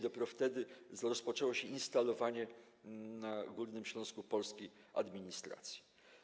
Dopiero wtedy rozpoczęło się instalowanie na Górnym Śląsku polskiej administracji.